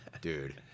Dude